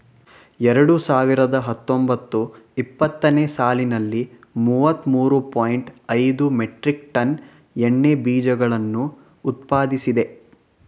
ಎರಡು ಸಾವಿರದ ಹತ್ತೊಂಬತ್ತು ಇಪ್ಪತ್ತನೇ ಸಾಲಿನಲ್ಲಿ ಮೂವತ್ತ ಮೂರು ಪಾಯಿಂಟ್ ಐದು ಮೆಟ್ರಿಕ್ ಟನ್ ಎಣ್ಣೆ ಬೀಜಗಳನ್ನು ಉತ್ಪಾದಿಸಿದೆ